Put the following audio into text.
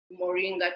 moringa